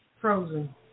frozen